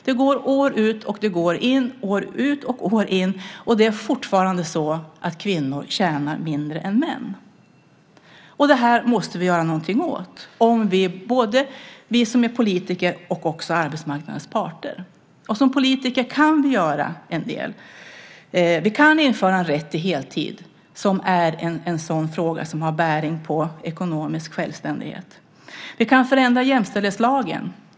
Det går år ut och år in, och det är fortfarande så att kvinnor tjänar mindre än män. Det måste vi göra någonting åt, både vi som är politiker och arbetsmarknadens parter. Som politiker kan vi göra en del. Vi kan införa en rätt till heltid, vilket är en fråga som har bäring på ekonomisk självständighet. Vi kan förändra jämställdhetslagen.